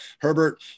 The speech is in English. Herbert